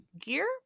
gear